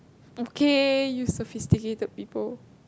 okay you sophisticated people